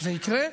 זה יקרה.